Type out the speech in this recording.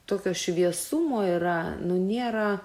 tokio šviesumo yra nu nėra